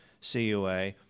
CUA